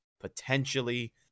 potentially